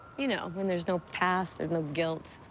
you know, when there's no past, there's no guilt.